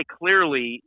clearly